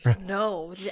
No